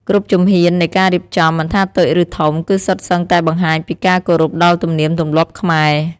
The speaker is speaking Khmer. គ្រប់ជំហាននៃការរៀបចំ មិនថាតូចឬធំ គឺសុទ្ធសឹងតែបង្ហាញពីការគោរពដល់ទំនៀមទម្លាប់ខ្មែរ។